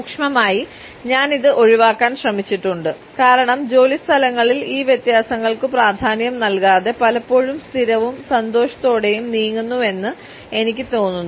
സൂക്ഷ്മമായി ഞാൻ ഇത് ഒഴിവാക്കാൻ ശ്രമിച്ചിട്ടുണ്ട് കാരണം ജോലിസ്ഥലങ്ങളിൽ ഈ വ്യത്യാസങ്ങൾക്കു പ്രാധാന്യം നൽകാതെ പലപ്പോഴും സ്ഥിരവും സന്തോഷത്തോടെയും നീങ്ങുന്നുവെന്ന് എനിക്ക് തോന്നുന്നു